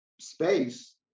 space